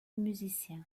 musicien